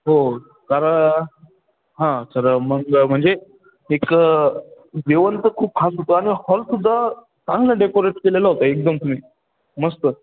हो तर हां सर मग म्हणजे एक जेवण तर खूप खास होतं आणि हॉल सुद्धा चांगलं डेकोरेट केलेलं होतं एकदम तुम्ही मस्त